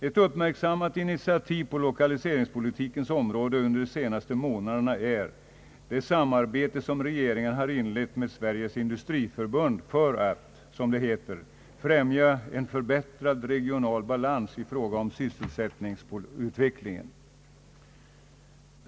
Ett uppmärksammat initiativ på l1okaliseringspolitikens område under de senaste månaderna är det samarbete som regeringen har inlett med Sveriges industriförbund för att, som det heter, främja en förbättrad regional balans i sysselsättningsutvecklingen.